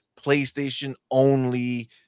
PlayStation-only